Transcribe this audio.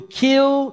kill